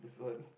this one